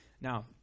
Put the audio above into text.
Now